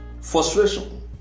frustration